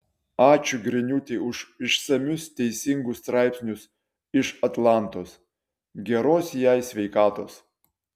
ačiū griniūtei už išsamius teisingus straipsnius iš atlantos geros jai sveikatos